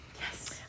Yes